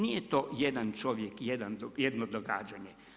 Nije to jedan čovjek, jedno događanje.